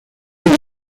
big